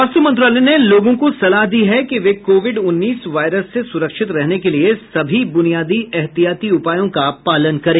स्वास्थ्य मंत्रालय ने लोगों को सलाह दी है कि वे कोविड उन्नीस वायरस से सुरक्षित रहने के लिए सभी ब्रनियादी एहतियाती उपायों का पालन करें